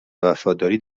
وفاداری